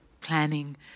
planning